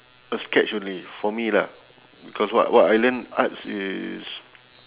a sketch only for me lah because what what I learn arts is